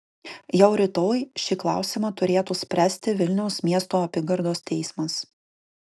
jau rytoj šį klausimą turėtų spręsti vilniaus miesto apygardos teismas